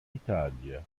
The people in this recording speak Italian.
italia